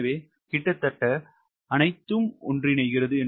எனவே கிட்டத்தட்ட ஒன்றிணைகிறது